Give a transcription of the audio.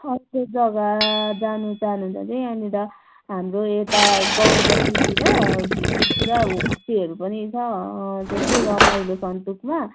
अर्को जग्गा जान चाहनुहुन्छ भने यहाँनिर हाम्रो यता गाउँ बस्तीतिर पुरा होमस्टेहरू पनि छ जस्तै रमाइलो सन्तुकमा